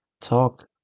talk